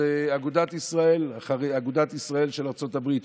אגודת ישראל של ארצות הברית,